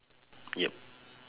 yup